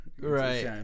Right